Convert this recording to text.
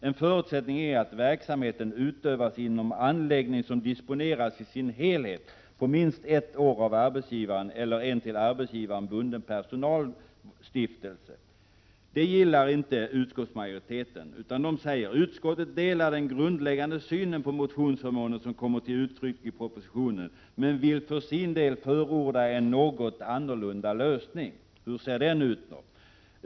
En förutsättning är att verksamheten utövas inom anläggning som disponeras i sin helhet på minst ett år av arbetsgivaren eller en till arbetsgivaren bunden personalstiftelse.” Det gillar inte utskottsmajoriteten, som säger: ”Utskottet delar den grundläggande synen på motionsförmåner som kommer till uttryck i propositionen men vill för sin del förorda en något annorlunda lösning.” Hur ser då den ut?